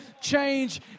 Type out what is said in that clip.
change